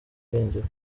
irengero